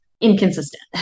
inconsistent